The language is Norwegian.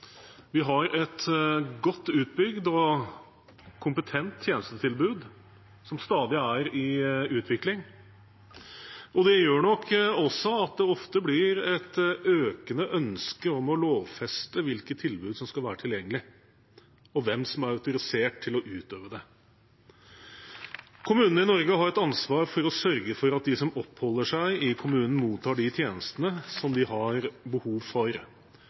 Vi har et godt utbygd og kompetent tjenestetilbud som stadig er i utvikling. Det gjør nok også at det ofte blir et økende ønske om å lovfeste hvilket tilbud som skal være tilgjengelig, og hvem som er autorisert til å utøve det. Kommunene i Norge har et ansvar for å sørge for at de som oppholder seg i kommunen, mottar de tjenestene som de har behov for.